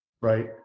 right